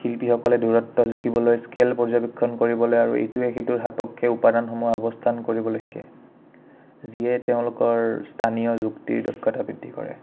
শিল্পীসকলে দূৰত্ব জুখিবলৈ স্কেল পৰ্যবেক্ষণ কৰিবলৈ আৰু এইটোৱে সেইটোৰ সাপক্ষে উপাদানসমূহ অৱস্থান কৰিবলৈ শিকে যিয়ে তেওঁলোকৰ স্থানীয় যুক্তিৰ দক্ষতা বৃদ্ধি কৰে